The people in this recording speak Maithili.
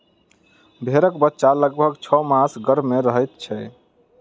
भेंड़क बच्चा लगभग छौ मास गर्भ मे रहैत छै